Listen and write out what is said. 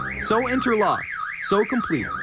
so interlocked, so complete,